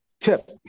tip